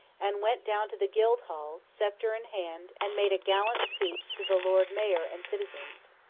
and went down to the guildhall, sceptre in hand, and made a gallant speech to the lord mayor and citizens.